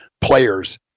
players